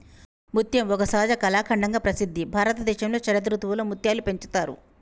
ముత్యం ఒక సహజ కళాఖండంగా ప్రసిద్ధి భారతదేశంలో శరదృతువులో ముత్యాలు పెంచుతారు